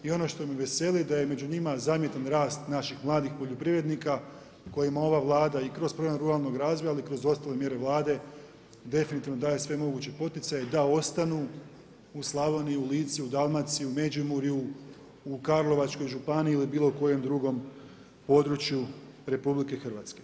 I ono što me veseli da je među njima zamjetan rast naših mladih poljoprivrednika kojima ova Vlada i kroz program ruralnog razvoja ali i kroz ostale mjere Vlade definitivno daje sve moguće poticaje da ostanu u Slavoniji, u Lici u Dalmaciji, u Međimurju, u Karlovačkoj županiji ili bilo kojem drugom području RH.